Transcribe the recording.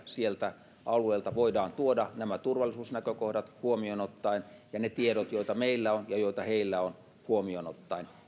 siltä alueelta voidaan tuoda nämä turvallisuusnäkökohdat huomioon ottaen ja ne tiedot joita meillä on ja joita heillä on huomioon ottaen